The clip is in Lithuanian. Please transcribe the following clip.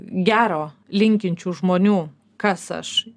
gero linkinčių žmonių kas aš